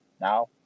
Now